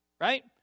Right